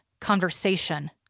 conversation